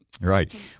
Right